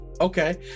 Okay